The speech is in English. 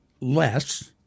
less